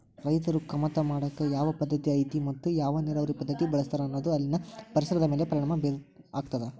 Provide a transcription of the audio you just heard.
ರೈತರು ಕಮತಾ ಮಾಡಾಕ ಯಾವ ಪದ್ದತಿ ಐತಿ ಮತ್ತ ಯಾವ ನೇರಾವರಿ ಪದ್ಧತಿ ಬಳಸ್ತಾರ ಅನ್ನೋದು ಅಲ್ಲಿನ ಪರಿಸರದ ಮ್ಯಾಲ ಪರಿಣಾಮ ಆಗ್ತದ